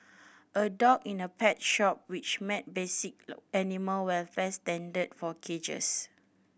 a dog in a pet shop which met basic animal welfare standard for cages